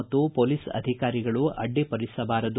ಮತ್ತು ಪೊಲೀಸ್ ಅಧಿಕಾರಿಗಳು ಅಡ್ಡಿಪಡಿಸಬಾರದು